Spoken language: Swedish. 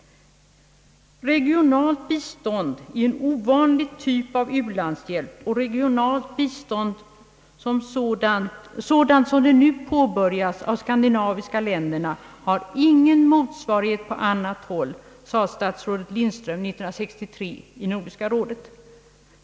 Regionalt bistånd är en ovanlig typ av u-landshjälp, och regionalt bistånd, sådant som det nu påbörjats av de skandinaviska länderna, har ingen motsvarighet på annat håll, sade statsrådet Lindström år 1963 i Nordiska rådet.